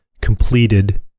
completed